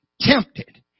tempted